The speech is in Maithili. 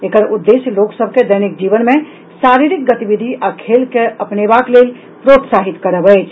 एकर उद्देश्य लोक सभ के दैनिक जीवन मे शारीरिक गतिविधि आ खेल के अपनेबाक लेल प्रोत्साहित करब अछि